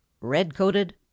Red-coated